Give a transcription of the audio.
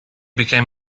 became